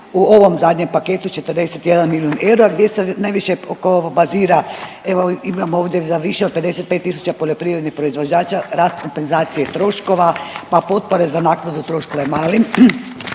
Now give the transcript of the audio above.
u ovom zadnjem paketu 41 milijun eura gdje se najviše bazira evo imamo ovdje za više od 55000 poljoprivrednih proizvođača rast kompenzacije troškova, pa potpore za naknadu troškova malim